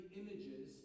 images